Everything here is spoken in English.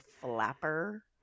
flapper